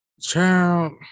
Child